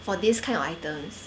for this kind of items